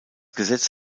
gesetz